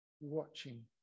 watching